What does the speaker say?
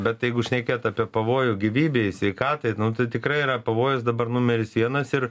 bet jeigu šnekėt apie pavojų gyvybei sveikatai tai tikrai yra pavojus dabar numeris vienas ir